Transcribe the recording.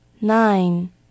Nine